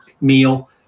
meal